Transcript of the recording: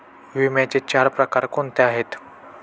विम्याचे चार प्रकार कोणते आहेत?